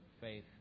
faith